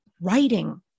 writing